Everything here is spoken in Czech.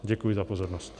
Děkuji za pozornost.